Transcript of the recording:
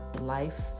life